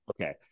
okay